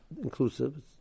inclusive